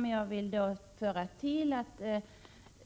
Men jag vill dock tillägga att